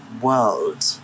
world